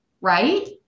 right